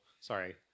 sorry